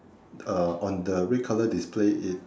uh on the red colour display it